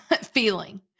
feeling